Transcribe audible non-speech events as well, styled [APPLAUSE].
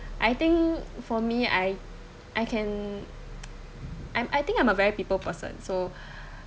I think for me I I can [NOISE] I'm I think I'm a very people person so